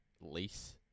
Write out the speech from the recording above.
lease